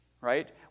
right